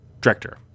Director